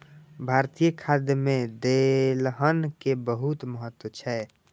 भारतीय खाद्य मे दलहन के बहुत महत्व छै